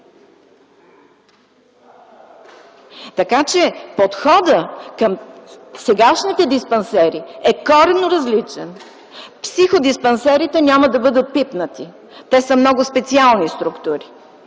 Така че подходът към сегашните диспансери е коренно различен. Психодиспансерите няма да бъдат пипнати. Те са много специални структури.